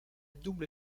double